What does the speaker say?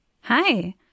Hi